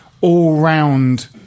all-round